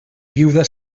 viuda